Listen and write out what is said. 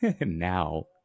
now